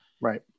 Right